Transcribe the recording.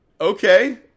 okay